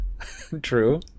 True